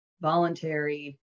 Voluntary